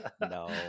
no